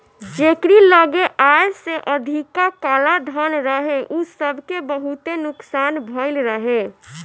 जेकरी लगे आय से अधिका कालाधन रहे उ सबके बहुते नुकसान भयल रहे